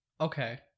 Okay